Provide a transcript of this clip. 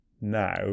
now